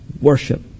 worship